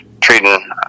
treating